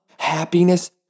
happiness